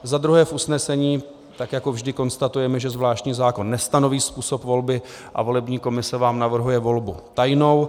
Za druhé, v usnesení tak jako vždy konstatujeme, že zvláštní zákon nestanoví způsob volby a volební komise vám navrhuje volbu tajnou.